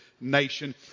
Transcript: nation